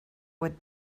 would